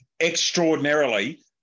Extraordinarily